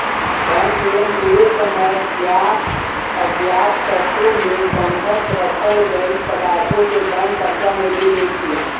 bank loan देवे समय ज्ञात अज्ञात शर्तों मे बंधक राखल गईल पदार्थों के बैंक कब्जा में लेलेला